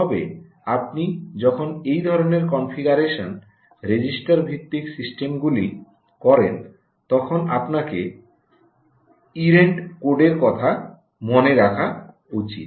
তবে আপনি যখন এই ধরণের কনফিগারেশন রেজিস্ট্রার ভিত্তিক সিস্টেমগুলি করেন তখন আপনাকে ইরেন্ট কোডের কথা মনে রাখা উচিত